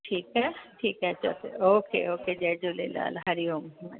ठीकु आहे ठीकु आहे चलो ओके ओके जय झूलेलाल हरि ओम